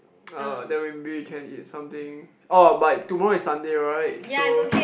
uh then maybe we can eat something oh but tomorrow is Sunday right so